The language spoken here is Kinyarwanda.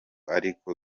ariko